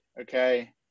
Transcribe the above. okay